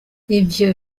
ivyo